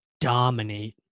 dominate